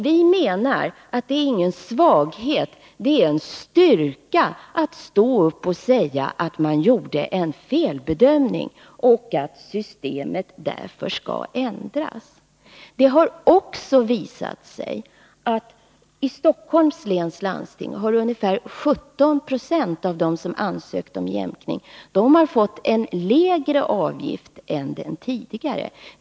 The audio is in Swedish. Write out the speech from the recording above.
Vi menar att det inte är någon svaghet — det är en styrka — att stå upp och säga att man gjorde en felbedömning och att systemet därför skall ändras. Det har också visat sig i Stockholms läns landsting att ungefär 17 96 av dem som ansökt om jämkning har fått en lägre avgift än tidigare.